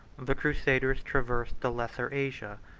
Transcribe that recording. the crusaders traversed the lesser asia,